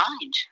mind